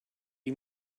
you